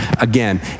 again